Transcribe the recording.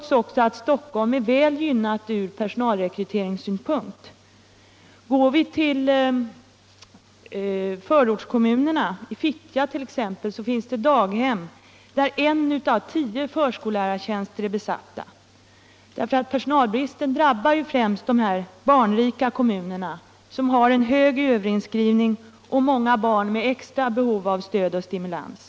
Stockholm är ändå väl gynnat från personalrekryteringssynpunkt. I Stockholms förortskommuner, exempelvis Fittja, finns det daghem där en av tio förskollärartjänster är besatt. Personalbristen drabbar ju främst de barnrika kommunerna som har hög överinskrivning och många barn med extra behov av stöd och stimulans.